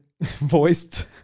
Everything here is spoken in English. voiced